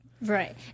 Right